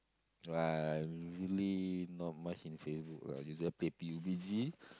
I usually not much in Facebook ah usually play P_U_B_G